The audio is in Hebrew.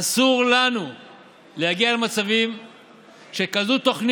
אסור לנו להגיע למצבים שתוכנית